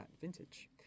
Vintage